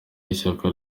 ishyaka